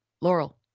Laurel